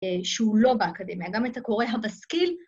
‫שהוא לא באקדמיה, ‫גם את הקורא המשכיל.